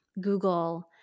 Google